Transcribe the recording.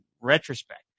retrospect